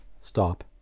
stop